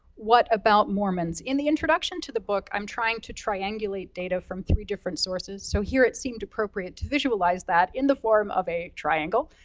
what about mormons? in the introduction to the book, i'm trying to triangulate data from three different sources, so here it seemed appropriate to visualize that in the form of a triangle.